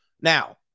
Now